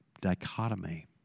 dichotomy